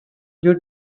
due